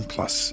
Plus